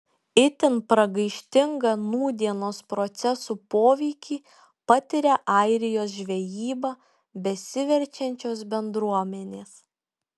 itin pragaištingą nūdienos procesų poveikį patiria airijos žvejyba besiverčiančios bendruomenės